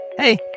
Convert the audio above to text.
Hey